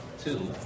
two